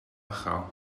uchel